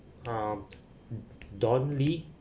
um don lee uh